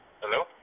Hello